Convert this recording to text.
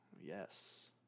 Yes